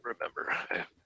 remember